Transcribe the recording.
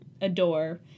adore